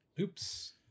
oops